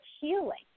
healing